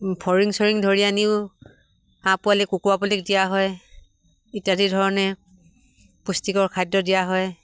ফৰিং চৰিং ধৰি আনিও হাঁহ পোৱালি কুকুৰা পোৱালি দিয়া হয় ইত্যাদি ধৰণে পুষ্টিকৰ খাদ্য দিয়া হয়